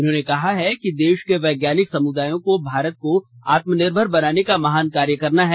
उन्होंने कहा कि देश के वैज्ञानिक समुदाय को भारत को आत्मनिर्भर बनाने का महान कार्य करना है